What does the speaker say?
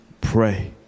pray